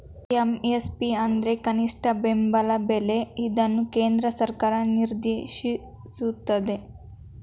MSP ಅಂದ್ರೆ ಕನಿಷ್ಠ ಬೆಂಬಲ ಬೆಲೆ ಇದನ್ನು ಕೇಂದ್ರ ಸರ್ಕಾರ ನಿರ್ದೇಶಿಸುತ್ತದೆ